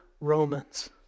Romans